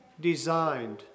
designed